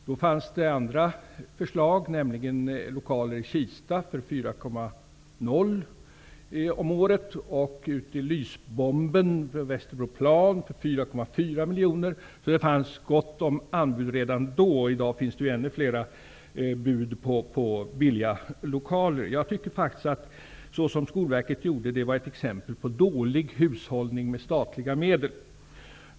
Det fanns då andra förslag, nämligen lokaler i Kista för 4,0 miljoner om året och i Lysbomben vid Västerbroplan för 4,4 miljoner. Det fanns alltså gott om anbud redan då. I dag finns det ännu fler bud på billiga lokaler. Jag tycker faktiskt att det som Skolverket gjorde är ett exempel på dålig hushållning med statliga medel.